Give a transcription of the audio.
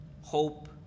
hope